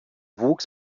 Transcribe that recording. wuchs